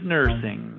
Nursing